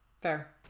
Fair